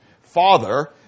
Father